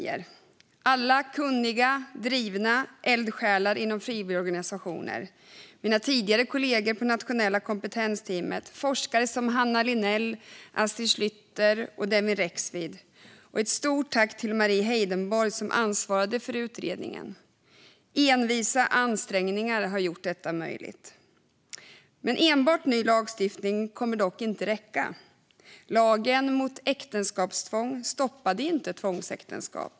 Tack till alla kunniga och drivna eldsjälar inom frivilligorganisationer, mina tidigare kollegor på Nationella kompetensteamet och forskare som Hanna Linell, Astrid Schlytter och Devin Rexvid! Ett stort tack också till Mari Heidenborg, som ansvarade för utredningen! Envisa ansträngningar har gjort detta möjligt. Enbart ny lagstiftning kommer dock inte att räcka. Lagen mot äktenskapstvång stoppade inte tvångsäktenskap.